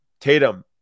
Tatum